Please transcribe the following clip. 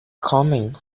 coming